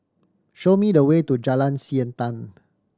show me the way to Jalan Siantan